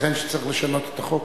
ייתכן שצריך לשנות את החוק.